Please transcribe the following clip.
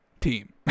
Team